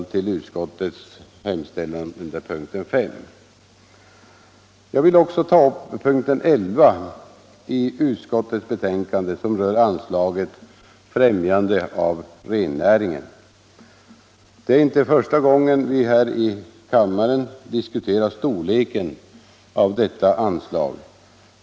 Jag vill också ta upp punkten 11 i utskottets betänkande, som rör anslaget Främjande av rennäringen. Det är inte första gången vi här i kammaren diskuterar storleken av detta anslag.